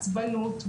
עצבנות,